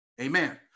amen